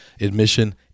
admission